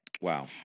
Wow